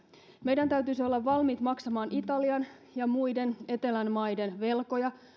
meidän täytyisi olla valmiit maksamaan italian ja muiden etelän maiden velkoja